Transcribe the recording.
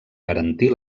garantir